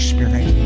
Spirit